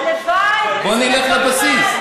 בואו נלך לבסיס.